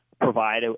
provide